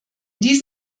dies